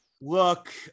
look